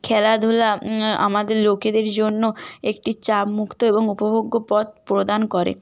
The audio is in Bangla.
খেলাধূলা আমাদের লোকেদের জন্য একটি চাপ মুক্ত এবং উপভোগ্য পথ প্রদান করে